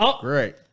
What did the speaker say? Great